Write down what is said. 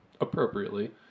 appropriately